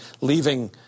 leaving